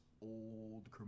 old